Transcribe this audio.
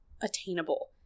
attainable